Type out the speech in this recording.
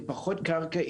עם פחות קרקע,